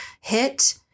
hit